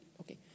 okay